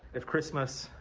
it's christmas.